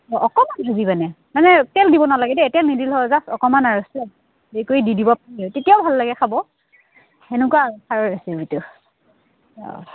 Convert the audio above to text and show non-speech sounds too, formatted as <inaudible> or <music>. অঁ অকণমান পানে মানে তেল দিব নালাগে দেই <unintelligible> হয় জাষ্ট অকণমান আৰু হেৰি কৰি দি দিব পাৰ তেতিয়াও ভাল লাগে খাব সেনেকুৱা আৰু আৰু ৰেচিপিটো অঁ